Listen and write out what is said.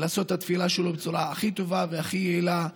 לעשות את התפילה שלו בצורה הכי טובה והכי יעילה.